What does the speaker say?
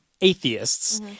atheists